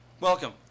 welcome